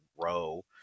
grow